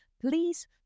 please